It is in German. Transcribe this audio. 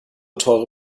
teure